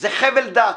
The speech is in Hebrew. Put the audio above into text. זה חבל דק.